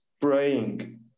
praying